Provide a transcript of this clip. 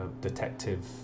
Detective